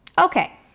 Okay